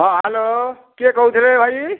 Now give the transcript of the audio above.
ହଁ ହ୍ୟାଲୋ କିଏ କହୁଥିଲେ ଭାଇ